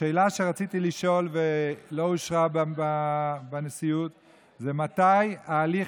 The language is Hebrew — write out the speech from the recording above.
השאלה שרציתי לשאול ולא אושרה בנשיאות היא מתי ההליך